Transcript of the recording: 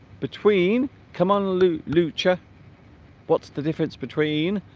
between come on lou lucha what's the difference between